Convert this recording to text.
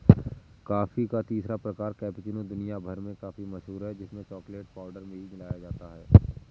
coffee का तीसरा प्रकार कैपेचीनो दुनिया भर में काफी मशहूर है जिसमें चॉकलेट पाउडर भी मिलाया जाता है